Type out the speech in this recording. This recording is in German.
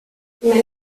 wäre